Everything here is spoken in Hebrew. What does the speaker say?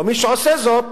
או מי שעושה זאת